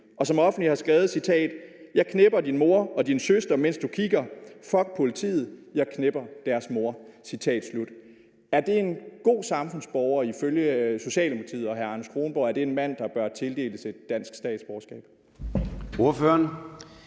også offentligt skrevet: Jeg knepper din mor og din søster, mens du kigger. Fuck politiet. Jeg knepper deres mor. Er det en god samfundsborger ifølge Socialdemokratiet og hr. Anders Kronborg? Er det en mand, der bør tildeles et dansk statsborgerskab? Kl.